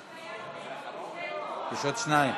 יש עוד שניים.